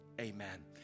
amen